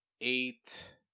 eight